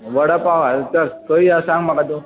वडा पाव खा चल खंय या सांग म्हाका तूं